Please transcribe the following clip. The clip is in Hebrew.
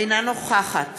אינה נוכחת